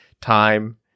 time